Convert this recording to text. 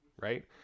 right